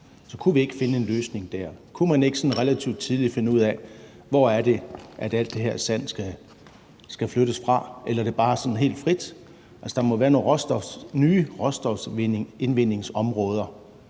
Så kunne vi ikke finde en løsning der? Kunne man ikke relativt tidligt finde ud af, hvor det er, alt det her sand skal flyttes fra – eller er det bare sådan helt frit? Altså, der må være nogle nye råstofindvindingsområder,